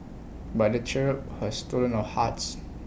but the cherub has stolen our hearts